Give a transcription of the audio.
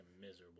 miserable